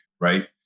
right